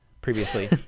previously